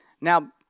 Now